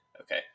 okay